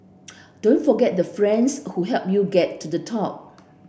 don't forget the friends who helped you get to the top